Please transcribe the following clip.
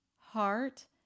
heart